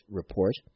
Report